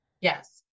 Yes